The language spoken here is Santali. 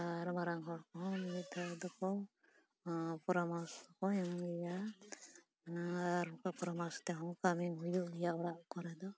ᱟᱨ ᱢᱟᱨᱟᱝ ᱦᱚᱲ ᱠᱚᱦᱚᱸ ᱱᱮᱛᱟᱨ ᱫᱚᱠᱚ ᱯᱚᱨᱟᱢᱚᱨᱥᱚ ᱠᱚ ᱮᱢ ᱜᱮᱭᱟ ᱟᱨ ᱩᱱᱠᱩᱣᱟᱜ ᱯᱚᱨᱟᱢᱚᱨᱥᱚ ᱛᱮᱦᱚᱸ ᱠᱟᱹᱢᱤ ᱦᱩᱭᱩᱜ ᱜᱮᱭᱟ ᱚᱲᱟᱜ ᱠᱚᱨᱮ ᱫᱚ